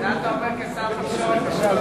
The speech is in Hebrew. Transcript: את זה אתה אומר כשר התקשורת לשעבר?